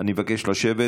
אני מבקש לשבת.